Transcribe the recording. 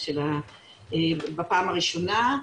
בפעם הראשונה.